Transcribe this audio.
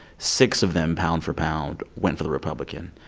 six of them pound for pound went for the republican,